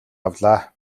авлаа